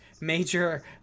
major